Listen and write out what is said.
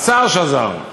השר שזר,